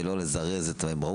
הם ראו,